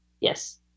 yes